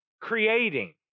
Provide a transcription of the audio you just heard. creating